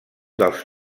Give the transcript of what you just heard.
dels